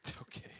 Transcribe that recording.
Okay